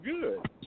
good